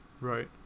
right